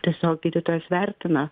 tiesiog gydytojas vertina